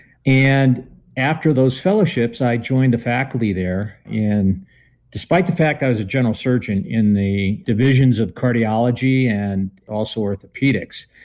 and after those fellowships i joined the faculty there and despite the fact i was a general surgeon in the divisions of cardiology and also orthopedics,